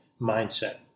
mindset